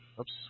Oops